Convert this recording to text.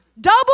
Double